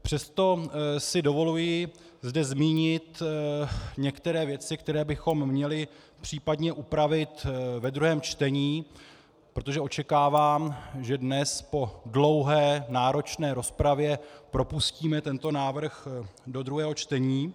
Přesto si dovoluji zde zmínit některé věci, které bychom měli případně upravit ve druhém čtení, protože očekávám, že dnes po dlouhé, náročné rozpravě propustíme tento návrh do druhého čtení.